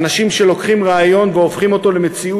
אנשים שלוקחים רעיון והופכים אותו למציאות